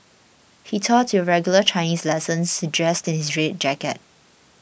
he taught your regular Chinese lessons dressed in his red jacket